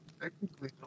Technically